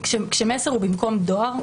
כשמסר הוא במקום דואר,